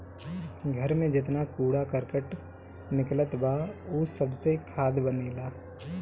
घर में जेतना कूड़ा करकट निकलत बा उ सबसे खाद बनेला